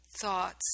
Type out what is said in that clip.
thoughts